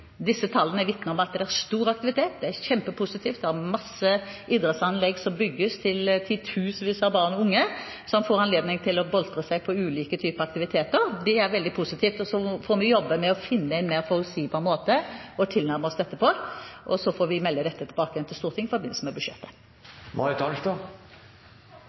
disse tallene vitner om at det er stor aktivitet. Det er kjempepositivt. Det er mange idrettsanlegg som bygges, til titusenvis av barn og unge, som får anledning til å boltre seg i ulike typer aktiviteter. Det er veldig positivt. Så får vi jobbe med å finne en mer forutsigbar måte å tilnærme oss dette på, og så får vi melde dette tilbake til Stortinget i forbindelse med